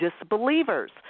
disbelievers